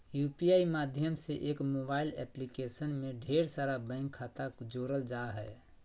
UPI माध्यम से एक मोबाइल एप्लीकेशन में ढेर सारा बैंक खाता जोड़ल जा हय